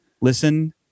listen